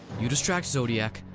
you distract zodiac,